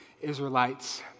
israelites